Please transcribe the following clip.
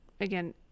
again